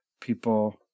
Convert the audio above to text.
people